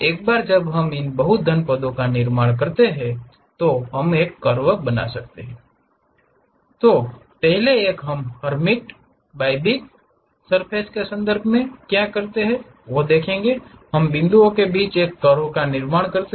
एक बार जब हम इन घन बहुपद का निर्माण करते हैं पहले एक हर्मीट बाइबिक सर्फ़ेस के संदर्भ में हम क्या करते हैं हम बिंदुओं के बीच एक कर्व का निर्माण करते हैं